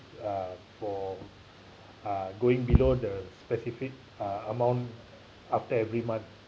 uh for uh going below the specific uh amount after every month